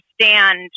understand